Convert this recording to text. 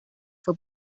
fue